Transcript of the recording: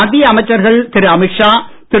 மத்திய அமைச்சர்கள் திரு அமித் ஷா திரு